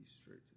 straight